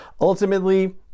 ultimately